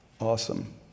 awesome